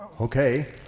Okay